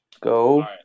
Go